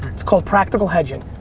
it's called practical hedging.